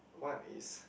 what is